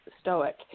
stoic